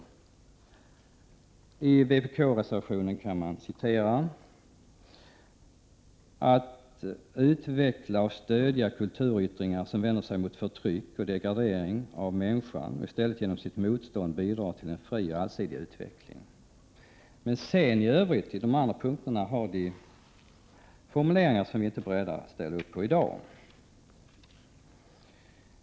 Enligt vpk-reservationen anser utskottet att riksdagen bör ställa sig bakom riktlinjer för kulturpolitiken, innebärande åtgärder för att utveckla och stödja kulturyttringar som vänder sig mot förtryck och degradering av människan och som i stället genom sitt motstånd bidrar till en fri och allsidig utveckling. På övriga punkter finns det dock formuleringar, som vi inte är beredda att i dag ställa upp på.